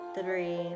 Three